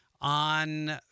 on